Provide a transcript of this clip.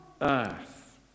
earth